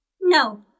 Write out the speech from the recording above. No